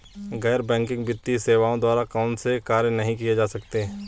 गैर बैंकिंग वित्तीय सेवाओं द्वारा कौनसे कार्य नहीं किए जा सकते हैं?